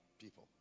people